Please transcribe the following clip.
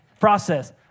process